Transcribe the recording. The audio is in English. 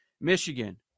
Michigan